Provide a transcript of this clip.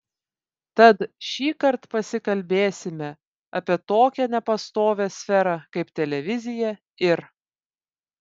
tad šįkart pasikalbėsime apie tokią nepastovią sferą kaip televizija ir